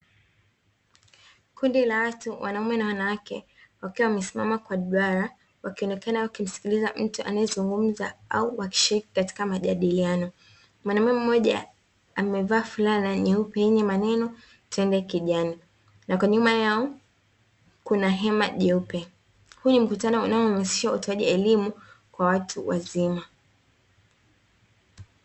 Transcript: Kundi la watu wanaume na wanawake, wakiwa wamesimama kwenye barabara wakionekana wakimsikiliza mtu anayezungumza au wakishiriki katika majadiliano, mwanaume mmoja amevaa fulana nyeupe yenye maneno na kwa nyuma yao kuna hema jeupe, huu ni mkutano unaohamasisha utoaji wa elimu kwa watu wazima.